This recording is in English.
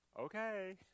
Okay